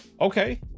Okay